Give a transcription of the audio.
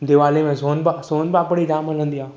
दीवाली में सोन पा सोन पापड़ी जाम मिलंदी आहे